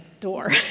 door